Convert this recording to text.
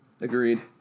Agreed